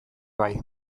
bai